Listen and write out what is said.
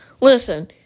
listen